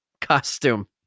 costume